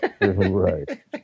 Right